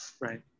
Right